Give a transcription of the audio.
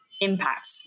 impact